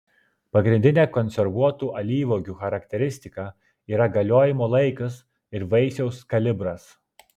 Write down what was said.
pagrindinė konservuotų alyvuogių charakteristika yra galiojimo laikas ir vaisiaus kalibras